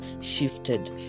shifted